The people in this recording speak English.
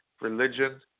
religion